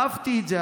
אהבתי את זה.